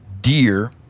deer